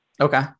okay